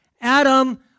Adam